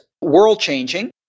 world-changing